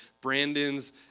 Brandon's –